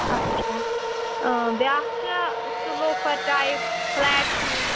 اَچھا بیٛاکھ چھُ سُہ لوفَر ٹایپ فلیٹ شوٗز